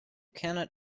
cannot